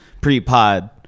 pre-pod